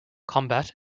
combat